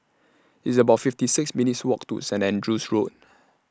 It's about fifty six minutes' Walk to Saint Andrew's Road